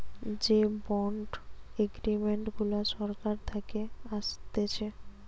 যে bond agreement গুলা সরকার থাকে আসতেছে